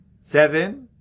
Seven